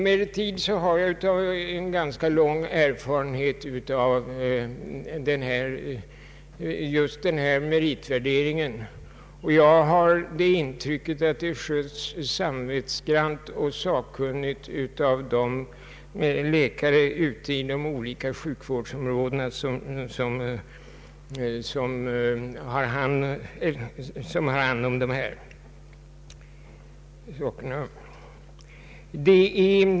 Jag har en ganska lång erfarenhet av just den här meritvärderingen, och jag har fått det intrycket att den sköts samvetsgrant och sakkunnigt av de läkare i de olika sjukvårdsområdena som gör värderingen.